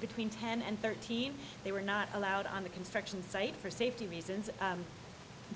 between ten and thirteen they were not allowed on the construction site for safety reasons